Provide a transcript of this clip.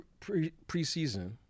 preseason